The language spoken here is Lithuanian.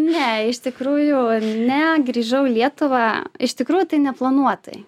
ne iš tikrųjų ne grįžau į lietuvą iš tikrųjų tai neplanuotai